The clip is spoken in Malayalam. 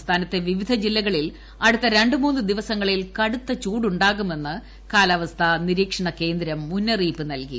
സംസ്ഥാനത്തെ വിവിധ ജില്ലകളിൽ അടുത്ത രണ്ട് മൂന്ന് ദിവസങ്ങളിൽ കടുത്ത ചൂടുണ്ടുക്കുമെന്ന് കാലാവസ്ഥാ നിരീക്ഷണ കേന്ദ്രം മുന്നറിയിപ്പ് നൽകി